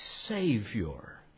savior